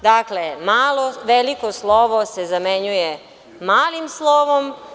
Dakle, veliko slovo se zamenjuje malim slovom.